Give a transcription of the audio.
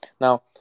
Now